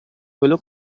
quello